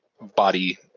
body